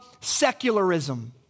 secularism